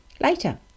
later